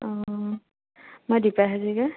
অঁ মই দীপা হাজৰিকা